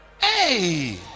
Hey